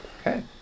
Okay